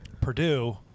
Purdue